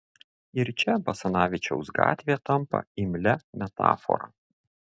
ir čia basanavičiaus gatvė tampa imlia metafora